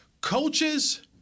Coaches